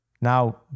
Now